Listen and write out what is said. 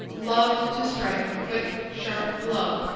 loved to strike the quick, sharp blow,